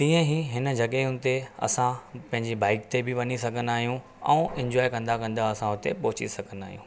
तीअं ई हिन जॻहियूं ते असां पंहिंजी बाइक ते बि वञी सघंदा आहियूं ऐं एंजॉय कंदा कंदा असां हुते पहुची सघंदा आहियूं